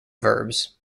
verbs